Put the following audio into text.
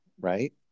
right